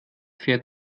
fährt